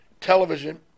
television